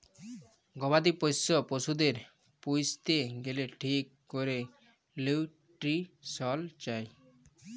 গবাদি পশ্য পশুদের পুইসতে গ্যালে ঠিক ক্যরে লিউট্রিশল চায়